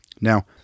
Now